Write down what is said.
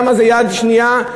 זה יד שנייה.